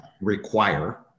require